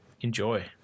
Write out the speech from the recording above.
Enjoy